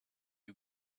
you